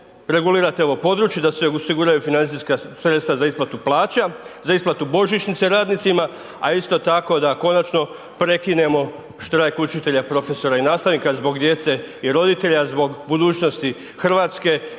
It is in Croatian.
regulirate ovo područje da se osiguraju financijska sredstva za isplatu plaća, za isplatu božićnice radnicima, a isto tako da konačno prekinemo štrajk učitelja, profesora i nastavnika zbog djece i roditelja, zbog budućnosti Hrvatske. Mislim